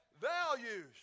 values